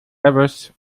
servus